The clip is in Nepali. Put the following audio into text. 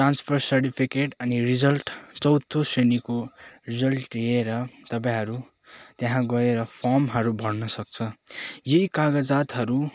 ट्रान्सफर सर्टिफिकेट अनि रिजल्ट चौथौ श्रेणीको रिजल्ट लिएर तपाईँहरू त्यहाँ गएर फर्महरू भर्न सक्छ यही कागजातहरू